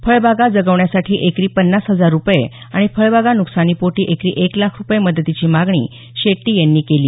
फळबागा जगवण्यासाठी एकरी पन्नास हजार रूपये आणि फळबागा नुकसानीपोटी एकरी एक लाख रूपये मदतीची मागणी शेट्टी यांनी केली